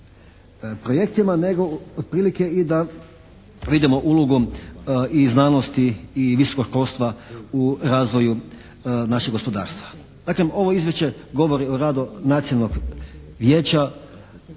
projektima nego otprilike i da vidimo ulogu i znanosti i visokog školstva u razvoju našeg gospodarstva. Dakle, ovo izvješće govori o radu nacionalnog vijeća